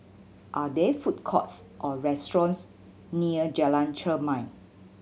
are there food courts or restaurants near Jalan Chermai